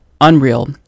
Unreal